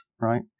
right